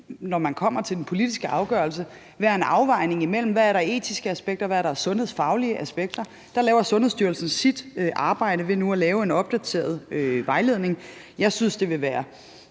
når man kommer til den politiske afgørelse, være en afvejning af, hvad der er af etiske aspekter, og hvad der er af sundhedsfaglige aspekter. Der laver Sundhedsstyrelsen sit arbejde ved nu at lave en opdateret vejledning. Jeg synes, det ville være